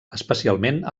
especialment